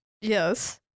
Yes